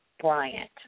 Bryant